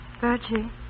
Virgie